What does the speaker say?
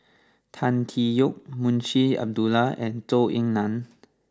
Tan Tee Yoke Munshi Abdullah and Zhou Ying Nan